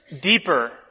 Deeper